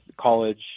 college